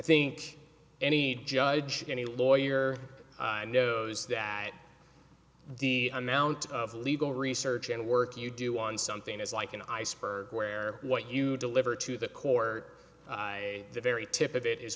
think any judge any lawyer knows that the amount of legal research and work you do on something is like an iceberg where what you deliver to the core the very tip of it is